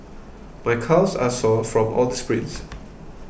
my calves are sore from all the sprints